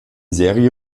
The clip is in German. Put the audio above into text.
serie